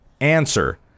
Answer